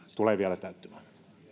tulee vielä täyttymään